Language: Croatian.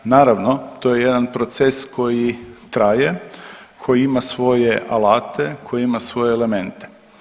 Naravno, to je jedan proces koji traje, koji ima svoje alate, koji ima svoje elemente.